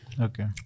Okay